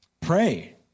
Pray